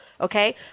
Okay